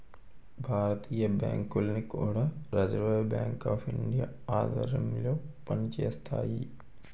భారతీయ బ్యాంకులన్నీ కూడా reserve bank of India ఆధ్వర్యంలో పనిచేస్తాయి